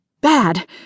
Bad